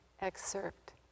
excerpt